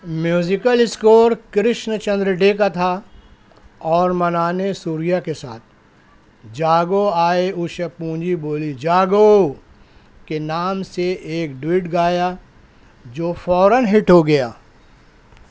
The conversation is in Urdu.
میوزیکل اسکور کرشن چندر ڈے کا تھا اور منانے سوریا کے ساتھ جاگو آئے اوشا پونجی بولی جاگو کے نام سے ایک ڈوئٹ گایا جو فوراََ ہٹ ہو گیا